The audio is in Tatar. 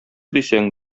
дисәң